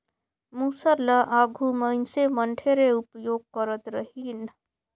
मूसर ल आघु मइनसे मन ढेरे उपियोग करत रहिन